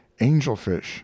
angelfish